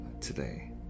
today